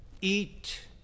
Eat